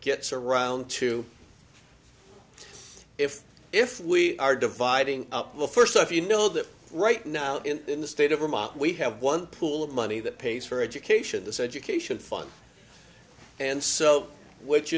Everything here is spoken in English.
gets around to if if we are dividing up the first if you know that right now in the state of vermont we have one pool of money that pays for education this education fund and so which